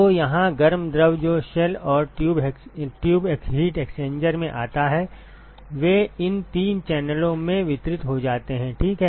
तो यहाँ गर्म द्रव जो शेल और ट्यूब हीट एक्सचेंजर में आता है वे इन तीन चैनलों में वितरित हो जाते हैं ठीक है